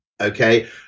okay